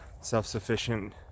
self-sufficient